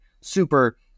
super